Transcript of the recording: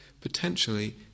potentially